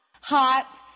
hot